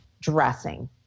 dressing